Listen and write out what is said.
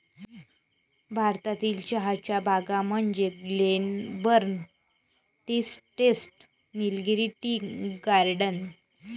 भारतातील चहाच्या बागा म्हणजे Glenburn tea estate, Nilgiri tea garden